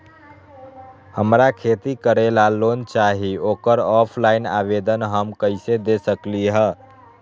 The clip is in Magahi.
हमरा खेती करेला लोन चाहि ओकर ऑफलाइन आवेदन हम कईसे दे सकलि ह?